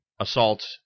Assault